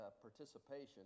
participation